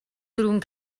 дөрвөн